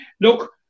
Look